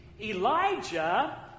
Elijah